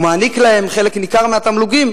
ומעניק להם חלק ניכר מהתמלוגים,